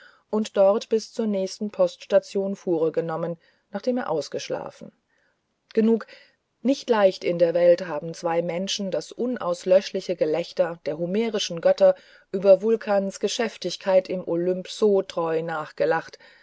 und dort bis zur nächsten poststation fuhre genommen nachdem er ausgeschlafen genug nicht leicht in der welt haben zwei menschen das unauslöschliche gelächter der homerischen götter über vulkans geschäftigkeit im olymp so treu nachgelacht